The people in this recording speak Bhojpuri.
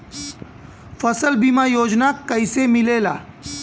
फसल बीमा योजना कैसे मिलेला?